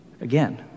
again